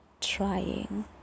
trying